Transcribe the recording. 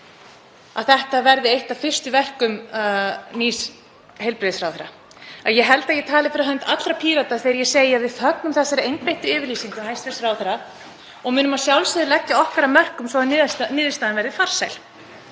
að það verði eitt af fyrstu verkum nýs heilbrigðisráðherra. Ég held að ég tali fyrir hönd allra Pírata þegar ég segi að við fögnum þessari einbeittu yfirlýsingu hæstv. ráðherra og við munum að sjálfsögðu leggja okkar af mörkum svo að niðurstaðan verði farsæl.